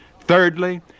Thirdly